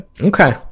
okay